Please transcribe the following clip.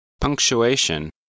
Punctuation